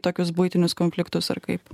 tokius buitinius konfliktus ar kaip